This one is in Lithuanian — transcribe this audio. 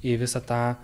į visą tą